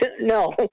No